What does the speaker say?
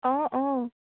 অঁ অঁ